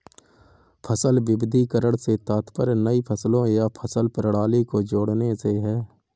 फसल विविधीकरण से तात्पर्य नई फसलों या फसल प्रणाली को जोड़ने से है